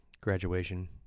graduation